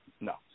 No